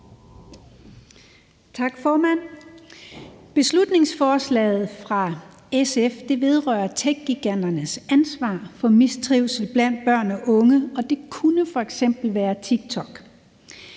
Tak, formand. Beslutningsforslaget fra SF vedrører techgiganternes ansvar for mistrivsel blandt børn og unge, det kunne f.eks. være i